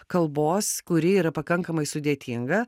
kalbos kuri yra pakankamai sudėtinga